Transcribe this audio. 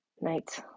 night